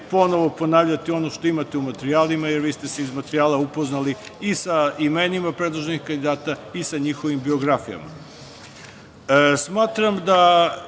ponovo ponavljati ono što imate u materijalima, jer vi ste se iz materijala upoznali i sa imenima predloženih kandidata i njihovim biografijama. Smatram da